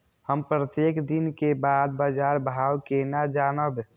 हम प्रत्येक दिन के बाद बाजार भाव केना जानब?